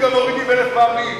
גם מורידים אלף פעמים.